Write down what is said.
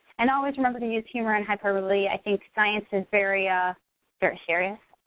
and always remember to use humor and hyperbole. i think science is very ah very serious,